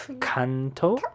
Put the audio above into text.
Kanto